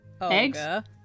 eggs